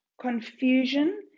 confusion